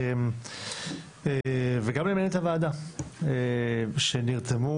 וגם למנהלת הוועדה שנרתמו